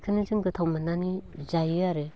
इखोनो जों गोथाव मोननानै जायो आरो